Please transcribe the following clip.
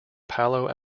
palo